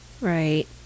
Right